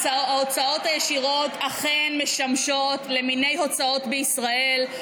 ההוצאות הישירות אכן משמשות למיני הוצאות בישראל,